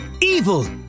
evil